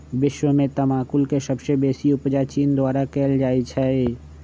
विश्व में तमाकुल के सबसे बेसी उपजा चीन द्वारा कयल जाइ छै